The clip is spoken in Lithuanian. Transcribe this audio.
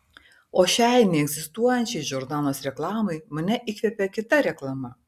o šiai neegzistuojančiai džordanos reklamai mane įkvėpė kita reklama